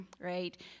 right